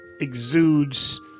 exudes